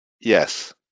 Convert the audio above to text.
yes